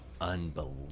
unbelievable